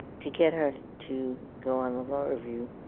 to get her to go on the law review